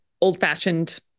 old-fashioned